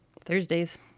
Thursdays